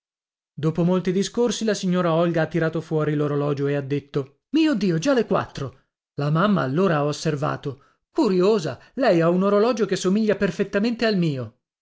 dopo molti discorsi la signora olga ha tirato fuori l'orologio e ha detto mio dio già le quattro la mamma allora ha osservato curiosa lei ha un orologio che somiglia perfettamente al mio